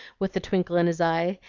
with the twinkle in his eye,